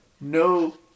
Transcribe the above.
no